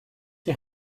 die